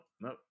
nope